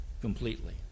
completely